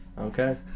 Okay